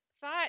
thought